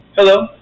Hello